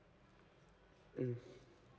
mm